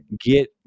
get